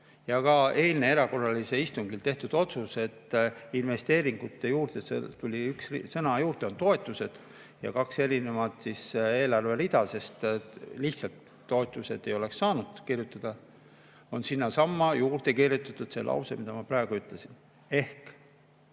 Ka eilsel erakorralisel istungil tehti otsus, et investeeringute juurde tuli üks sõna juurde, on toetused ja kaks erinevat eelarverida, sest lihtsalt "toetused" ei oleks saanud kirjutada. Sinna on juurde kirjutatud see lause, mida ma praegu ütlesin. Ehk